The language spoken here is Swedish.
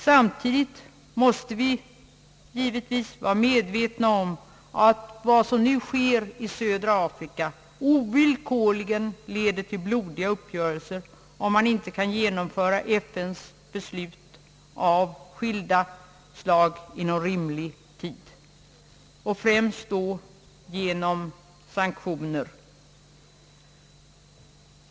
Samti digt måste vi vara medvetna om att vad som nu sker i södra Afrika ovillkorligen leder till blodiga uppgörelser, om man inte kan genomföra FN:s beslut av skilda slag inom rimlig tid, främst genom sanktioner.